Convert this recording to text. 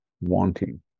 wanting